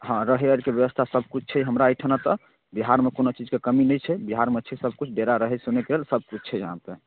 हँ रहै आओरके व्यवस्था सभकिछु छै हमरा एहिठाम एतय बिहारमे कोनो चीजके कमी नहि छै बिहारमे छै सभकिछु डेरा रहै सुनैके लेल सभकिछु छै यहाँपर